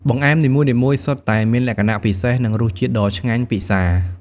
បង្អែមនីមួយៗសុទ្ធតែមានលក្ខណៈពិសេស និងរសជាតិដ៏ឆ្ងាញ់ពិសា។